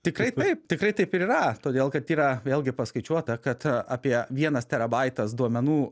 tikrai taip tikrai taip ir yra todėl kad yra vėlgi paskaičiuota kad apie vienas terabaitas duomenų